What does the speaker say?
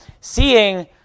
seeing